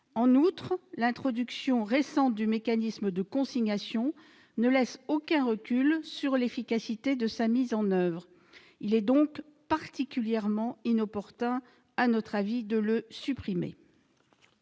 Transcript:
En outre, l'introduction récente du mécanisme de consignation ne laisse aucun recul sur l'efficacité de sa mise en oeuvre. Il est donc particulièrement inopportun, à notre avis, de le supprimer.